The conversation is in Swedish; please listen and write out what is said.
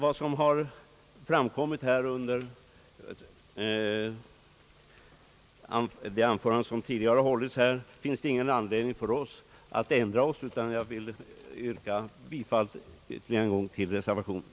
Vad som framkommit under de anföranden som tidigare hållits här ger oss inte anledning att ändra vår ståndpunkt, utan jag ber att få yrka bifall till reservationen.